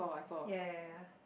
ya ya ya